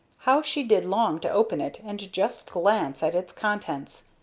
how she did long to open it and just glance at its contents!